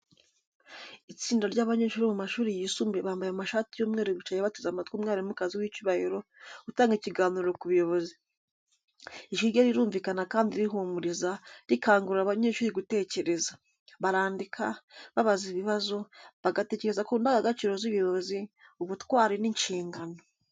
Itsinda ry’abanyeshuri bo mu mashuri yisumbuye bambaye amashati y’umweru bicaye bateze amatwi umwarimukazi w’icyubahiro utanga ikiganiro ku buyobozi. Ijwi rye rirumvikana kandi rihumuriza, rikangurira abanyeshuri gutekereza. Barandika, babaza ibibazo, bagatekereza ku ndangagaciro z’ubuyobozi, ubutwari n’inshingano.